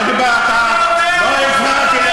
אז אני שואל: האם סנקציה פלילית,